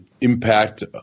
impact